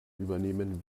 übernehmen